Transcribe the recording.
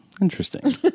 Interesting